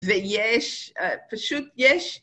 זה יש, פשוט יש.